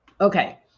Okay